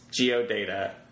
geodata